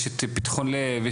יש את פתחון לב,